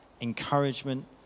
encouragement